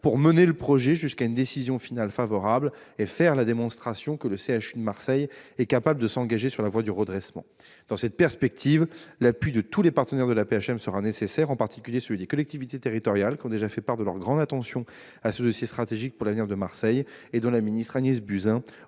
pour mener le projet jusqu'à une décision finale favorable et faire la démonstration que le CHU de Marseille est capable de s'engager sur la voie du redressement. Dans cette perspective, l'appui de tous les partenaires de l'AP-HM sera nécessaire, en particulier celui des collectivités territoriales, qui ont déjà fait part de leur grande attention à ce dossier stratégique pour l'avenir de Marseille, et dont la ministre Agnès Buzyn